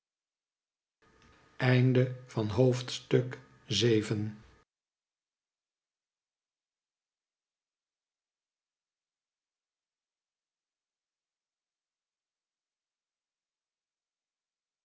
droomde van het